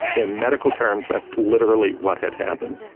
in medical terms that's literally what had happened.